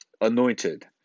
Anointed